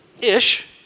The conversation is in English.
ish